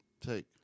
take